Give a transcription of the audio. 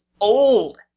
old